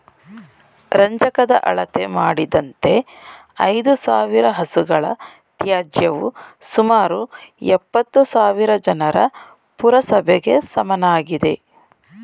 ರಂಜಕದ ಅಳತೆ ಮಾಡಿದಂತೆ ಐದುಸಾವಿರ ಹಸುಗಳ ತ್ಯಾಜ್ಯವು ಸುಮಾರು ಎಪ್ಪತ್ತುಸಾವಿರ ಜನರ ಪುರಸಭೆಗೆ ಸಮನಾಗಿದೆ